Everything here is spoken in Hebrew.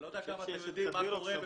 אני לא יודע כמה יודעים מה קורה,